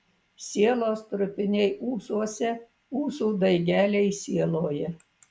sielos trupiniai ūsuose ūsų daigeliai sieloje